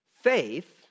Faith